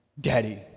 daddy